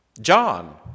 John